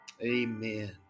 amen